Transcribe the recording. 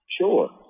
sure